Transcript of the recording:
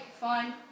fine